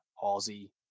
Halsey